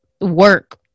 Work